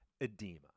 edema